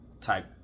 type